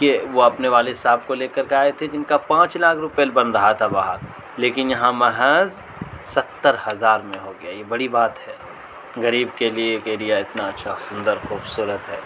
کہ وہ اپنے والد صاحب کو لے کر کے آئے تھے جن کا پانچ لاکھ روپے بن رہا تھا باہر لیکن یہاں محض ستر ہزار میں ہو گیا یہ بڑی بات ہے غریب کے لیے ایک ایریا اتنا اچھا سندر خوبصورت ہے